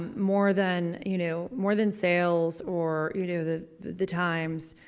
more than, you know, more than sales or, you know the, the times,